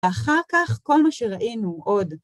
אחר כך כל מה שראינו עוד.